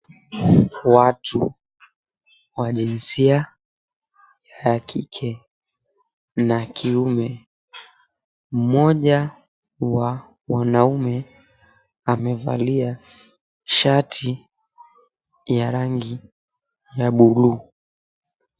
Watu wa jinsia ya kike na kiume mmoja wa wanaume amevalia shati ya rangi ya buluu.